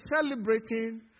celebrating